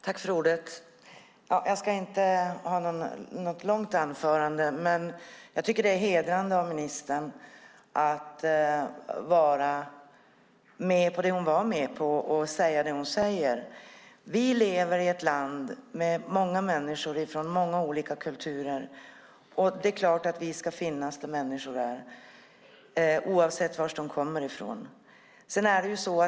Herr talman! Jag ska inte hålla något långt anförande. Jag tycker att det är hedrande för ministern att hon var med på det hon var med på och säger det hon säger. Vi lever i ett land med många människor från många olika kulturer. Det är klart att vi ska finnas där människor är, oavsett var de kommer från.